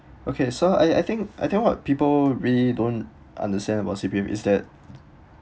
okay so I I think I think what people really don't understand about C_P_F is that